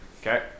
Okay